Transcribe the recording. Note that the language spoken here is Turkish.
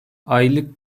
aylık